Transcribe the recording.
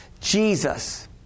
Jesus